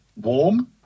warm